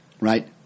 Right